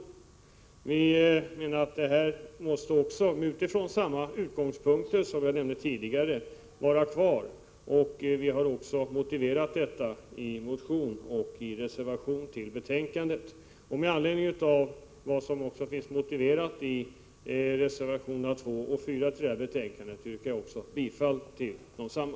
Vi menar att dispenserna måste, utifrån samma utgångspunkter som jag har nämnt tidigare, vara kvar. Vi har motiverat detta i en motion och i en reservation som är fogad till betänkandet. Med stöd av motiveringarna i reservationerna 2 och 4, som är fogade till detta betänkande, yrkar jag bifall till desamma.